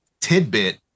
tidbit